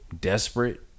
desperate